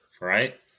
right